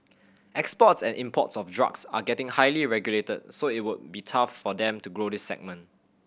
exports and imports of drugs are getting highly regulated so it would be tough for them to grow this segment